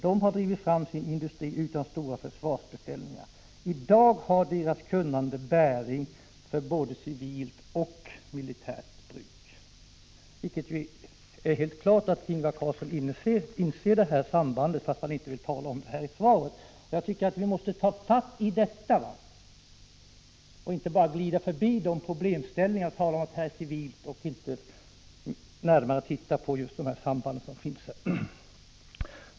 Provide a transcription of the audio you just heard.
De har drivit fram sin industri utan stora försvarsbeställningar. Idag har deras kunnande bäring för både civilt och militärt bruk.” Det är alltså helt klart att Ingvar Carlsson inser detta samband, fast han inte ville tala om det i svaret. Jag tycker att vi måste ta fatt i detta och inte bara glida förbi problemställningarna och säga att det rör sig om civil verksamhet, utan att närmare se på de samband som finns.